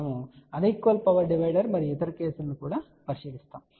మనము unequal power divider మరియు ఇతర కేసులను కూడా పరిశీలిస్తాము